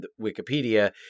Wikipedia